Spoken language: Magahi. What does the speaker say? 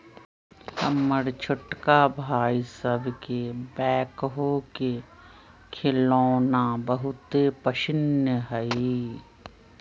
हमर छोटका भाई सभके बैकहो के खेलौना बहुते पसिन्न हइ